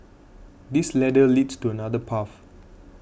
this ladder leads to another path